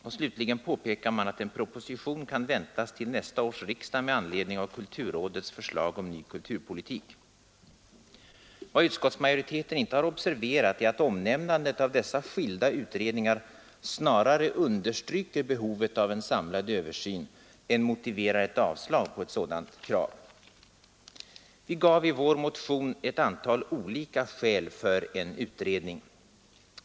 Och slutligen påpekas att en proposition kan väntas till nästa års riksdag med anledning av kulturrådets förslag om ny kulturpolitik. Vad utskottsmajoriteten inte har observerat är att omnämnandet av dessa skilda utredningar snarare understryker behovet av en samlad översyn än motiverar ett avslag på ett sådant krav. Vi gav i vår motion ett antal olika skäl för en utredning.